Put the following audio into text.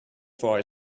for